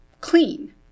clean